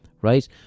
right